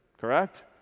Correct